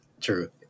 True